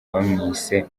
bamwise